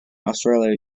australia